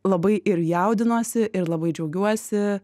labai ir jaudinuosi ir labai džiaugiuosi